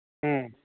ꯎꯝ